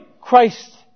Christ